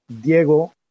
Diego